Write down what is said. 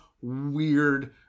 weird